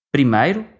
Primeiro